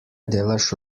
delaš